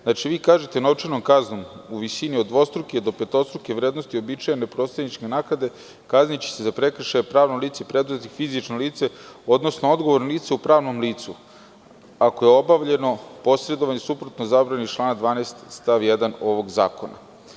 Znači, vi kažete - novčanom kaznom u visini od dvostruke do petostruke vrednosti, uobičajene posredničke naknade, kazniće se za prekršaj pravno lice, preduzetnik i fizičko lice, odnosno odgovorno lice u pravnom licu, ako obavlja posredovanje suprotno zabrani iz člana 12. stav 1. ovog zakona.